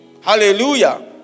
Hallelujah